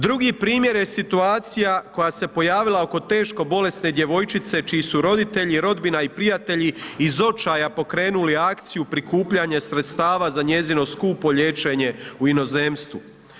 Drugi primjer je situacija koja se pojavila oko teško bolesne djevojčice čiji su roditelji, rodbina i prijatelji iz očaja pokrenuli akciju prikupljanja sredstava za njezino skupo liječenje u inozemstvu.